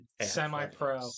Semi-pro